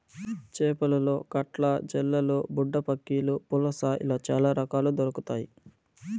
చేపలలో కట్ల, జల్లలు, బుడ్డపక్కిలు, పులస ఇలా చాల రకాలు దొరకుతాయి